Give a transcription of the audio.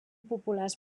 populars